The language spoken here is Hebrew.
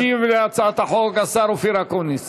ישיב על הצעת החוק השר אופיר אקוניס